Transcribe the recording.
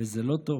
וזה לא טוב.